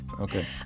Okay